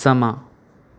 ਸਮਾਂ